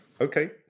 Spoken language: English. Okay